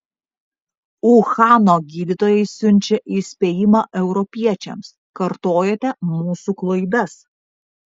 uhano gydytojai siunčia įspėjimą europiečiams kartojate mūsų klaidas